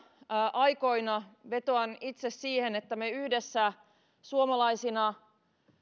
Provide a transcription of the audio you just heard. aikoina vetoan itse siihen että me yhdessä suomalaisina